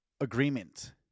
agreement